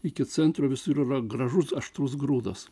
iki centro visur yra gražus aštrus grūdas